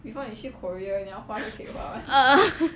err